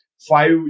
five